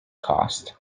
cost